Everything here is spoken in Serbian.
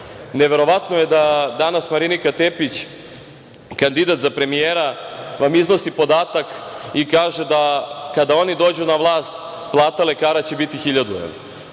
Neverovatno je da danas Marinika Tepić, kandidat za premijera, vam iznosi podatak i kaže da kada oni dođu na vlast, plata lekara će biti hiljadu evra.